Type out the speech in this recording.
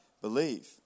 believe